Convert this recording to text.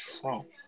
Trump